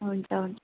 हुन्छ हुन्छ